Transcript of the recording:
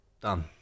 Done